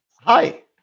Hi